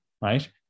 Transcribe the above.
right